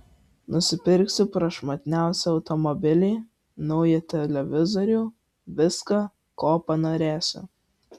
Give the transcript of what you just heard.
nusipirksiu prašmatniausią automobilį naują televizorių viską ko panorėsiu